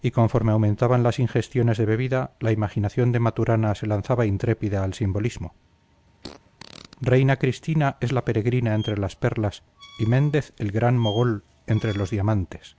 y conforme aumentaban las ingestiones de bebida la imaginación de maturana se lanzaba intrépida al simbolismo reina cristina es la peregrina entre las perlas y méndez el gran mogol entre los diamantes